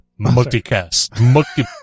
Multicast